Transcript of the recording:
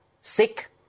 sick